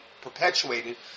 perpetuated